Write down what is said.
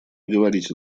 говорите